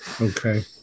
Okay